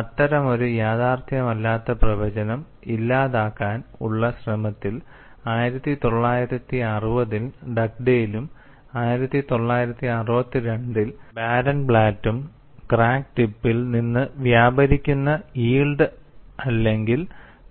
അത്തരമൊരു യാഥാർത്ഥ്യമല്ലാത്ത പ്രവചനം ഇല്ലാതാക്കാൻ ഉള്ള ശ്രമത്തിൽ1960ൽ ഡഗ്ഡെയ്ലും 1962 ൽ ബാരൻബ്ലാറ്റും ക്രാക്ക് ടിപ്പിൽ നിന്ന് വ്യാപാരിക്കുന്ന യിൽഡ്ഡ് അല്ലെങ്കിൽ